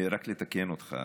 רק לתקן אותך: